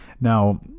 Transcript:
Now